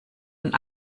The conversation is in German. und